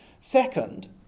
Second